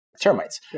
termites